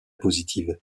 positives